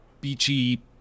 beachy